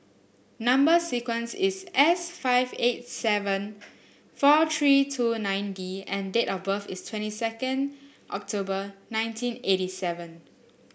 number sequence is S five eight seven four three two nine D and date of birth is twenty second October nineteen eighty seven